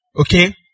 Okay